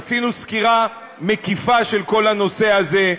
עשינו סקירה מקיפה של כל הנושא הזה.